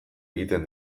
egiten